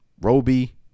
Roby